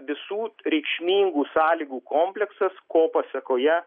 visų reikšmingų sąlygų kompleksus ko pasėkoje